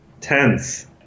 Tense